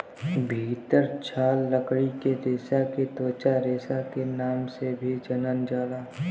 भितर छाल लकड़ी के रेसा के त्वचा रेसा के नाम से भी जानल जाला